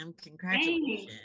Congratulations